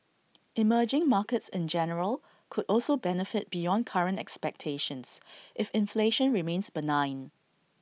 emerging markets in general could also benefit beyond current expectations if inflation remains benign